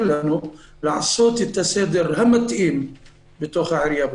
לנו לעשות את הסדר המתאים בעירייה בשפרעם.